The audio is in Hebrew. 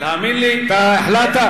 אתה החלטת,